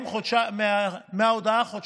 מההודעה, חודשיים.